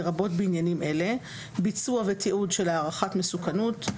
לרבות בעניינים אלה: ביצוע ותיעוד של הערכת מסוכנות,